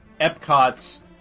Epcot's